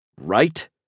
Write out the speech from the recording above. Right